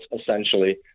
essentially